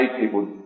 people